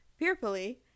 fearfully